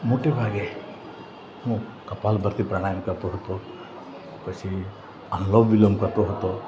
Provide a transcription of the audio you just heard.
મોટેભાગે હું કપાલભાતિ પ્રાણાયામ કરતો હતો પછી અનુલોમ વિલોમ કરતો હતો